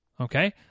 okay